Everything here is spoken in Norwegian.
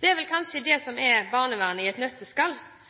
Det er vel kanskje det som er barnevernet i et